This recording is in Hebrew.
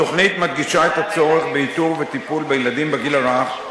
התוכנית מדגישה את הצורך באיתור וטיפול בילדים בגיל הרך,